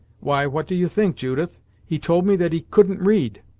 why, what do you think, judith he told me that he couldn't read!